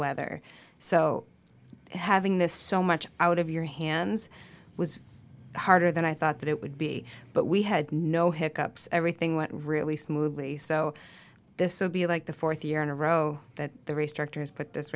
weather so having this so much out of your hands was harder than i thought that it would be but we had no hick ups everything went really smoothly so this would be like the fourth year in a row that the restrictor has put this